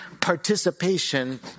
participation